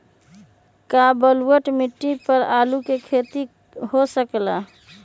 का बलूअट मिट्टी पर आलू के खेती हो सकेला?